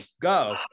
Go